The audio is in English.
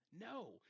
no